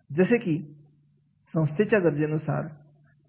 आहे जसे की संस्थेच्या गरजेनुसार